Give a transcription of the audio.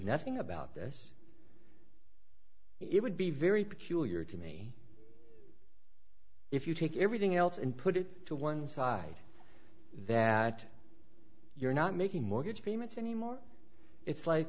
nothing about this it would be very peculiar to me if you take everything else and put it to one side that you're not making mortgage payments anymore it's like